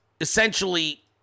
essentially